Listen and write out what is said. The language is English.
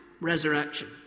resurrection